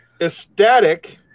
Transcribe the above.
ecstatic